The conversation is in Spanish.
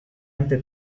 ante